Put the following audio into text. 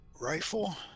rifle